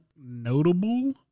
notable